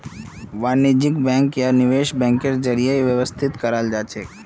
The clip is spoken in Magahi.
वाणिज्य बैंक या निवेश बैंकेर जरीए व्यवस्थित कराल जाछेक